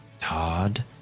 Todd